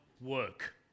work